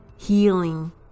healing